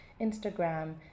Instagram